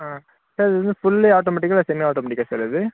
ஆ sir இது வந்து fully ஆட்டோமேட்டிக்காக இல்லை இல்லை செமி ஆட்டோமேட்டிக்காக சார் இது